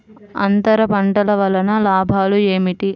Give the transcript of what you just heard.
అంతర పంటల వలన లాభాలు ఏమిటి?